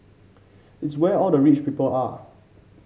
it's where all the rich people are